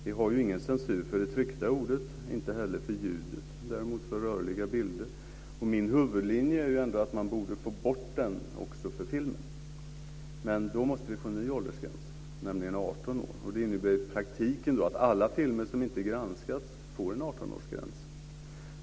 Vi har ingen censur för det tryckta ordet, inte heller för ljudet, däremot för rörliga bilder. Min huvudlinje är att man borde få bort den också från film. Då måste vi ha en ny åldersgräns, nämligen 18 år. Det innebär i praktiken att alla filmer som inte granskas får en 18-årsgräns.